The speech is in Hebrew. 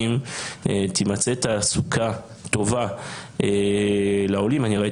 תימצא תעסוקה טובה יותר לעולים הוא חשוב.